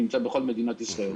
הוא נמצא בכל מדינת ישראל.